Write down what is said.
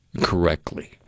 correctly